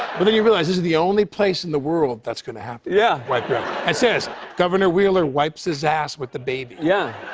but then you realize this is the only place in the world that's going to happen. yeah like it says governor wheeler wipes his ass with the baby. yeah.